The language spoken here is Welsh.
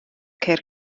ceir